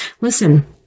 Listen